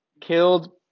Killed